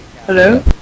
Hello